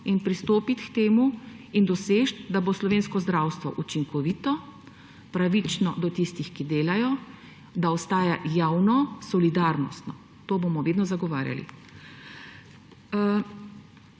in pristopiti k temu in doseči, da bo slovensko zdravstvo učinkovito, pravično do tistih, ki delajo, da ostaja javno, solidarnostno. To bomo vedno zagovarjali.